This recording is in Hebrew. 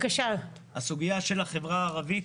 הסוגיה של החברה הערבית,